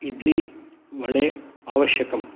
इड्ली वडे आवश्यकं